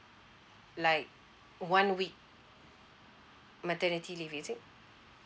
like one week maternity leave is it